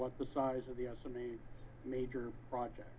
what the size of the major project